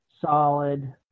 solid